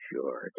Sure